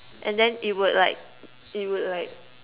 and then it would like it would like